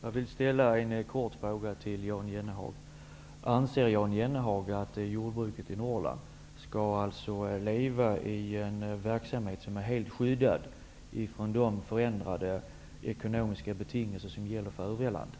Fru talman! Jag vill ställa en kort fråga till Jan Norrland skall leva som en verksamhet helt skyddad från de förändrade ekonomiska betingelser som gäller för övriga landet?